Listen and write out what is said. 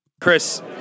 Chris